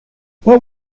what